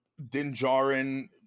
Dinjarin